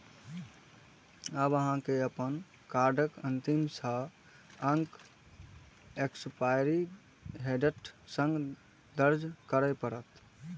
आब अहां के अपन कार्डक अंतिम छह अंक एक्सपायरी डेटक संग दर्ज करय पड़त